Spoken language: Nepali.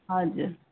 हजुर